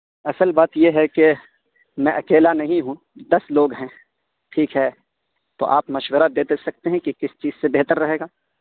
اصل بات یہ ہے کہ میں اکیلا نہیں ہوں دس لوگ ہیں ٹھیک ہے تو آپ مشورہ دیتے سکتے ہیں کہ کس چیز سے بہتر رہے گا